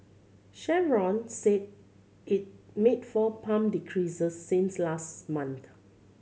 Chevron said it made four pump decreases since last month